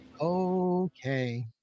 Okay